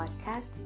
podcast